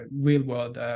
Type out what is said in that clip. real-world